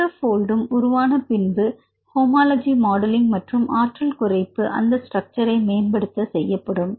மொத்த போல்டும் உருவான பின்பு ஹோமோலஜி மாடலிங் மற்றும் ஆற்றல் குறைப்பு அந்த ஸ்ட்ரக்ச்சர் மேம்படுத்த செய்யப்படும்